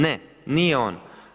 Ne, nije on.